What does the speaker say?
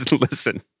listen